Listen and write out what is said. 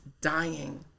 dying